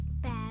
bad